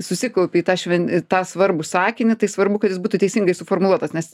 susikaupė į tą šven į tą svarbų sakinį tai svarbu kad jis būtų teisingai suformuluotas nes